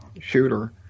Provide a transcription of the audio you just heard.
shooter